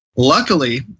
Luckily